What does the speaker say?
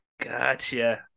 Gotcha